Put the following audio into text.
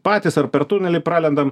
patys ar per tunelį pralendam